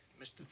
Mr